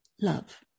love